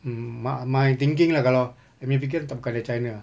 mm my my thinking lah kalau tak bukan dari china